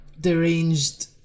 deranged